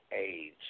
age